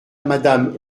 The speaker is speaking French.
madame